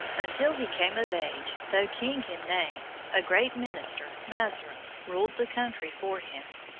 until he came of age, though king in name, a great minister, mazarin, ruled the country for him.